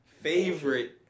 favorite